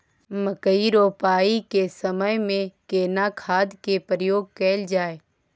मकई रोपाई के समय में केना खाद के प्रयोग कैल जाय?